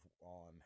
on